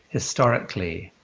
historically.